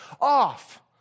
off